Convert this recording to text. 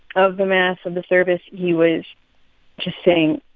of the mass, of the service, he was just saying,